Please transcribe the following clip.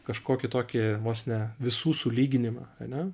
kažkokį tokį vos ne visų sulyginimą ane